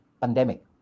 pandemic